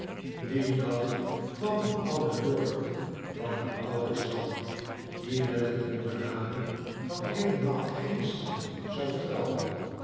dien dag kwam een oude lord van een ouden stam die met een jongedame van heelemaal geen stam zou trouwen